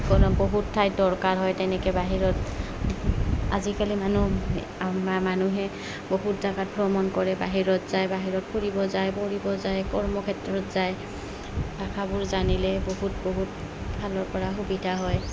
বহুত ঠাইত দৰকাৰ হয় তেনেকে বাহিৰত আজিকালি মানুহ মানুহে বহুত জাগাত ভ্ৰমণ কৰে বাহিৰত যায় বাহিৰত ফুৰিব যায় পঢ়িব যায় কৰ্মক্ষেত্ৰত যায় ভাষাবোৰ জানিলে বহুত বহুত ফালৰ পৰা সুবিধা হয়